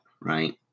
right